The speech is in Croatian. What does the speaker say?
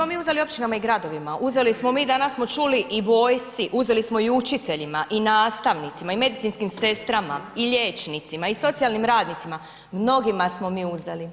Nismo mi uzeli općinama i gradovima, uzeli smo mi, danas smo čuli i vojsci, uzeli smo i učiteljima i nastavnicima i medicinskim sestrama i liječnicima i socijalnim radnicima, mnogima smo mi uzeli.